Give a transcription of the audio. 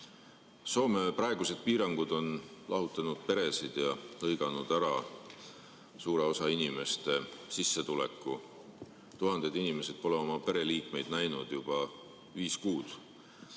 Soome praegused piirangud on lahutanud peresid ja lõiganud ära suure osa inimeste sissetuleku. Tuhanded inimesed pole oma pereliikmeid näinud juba viis kuud.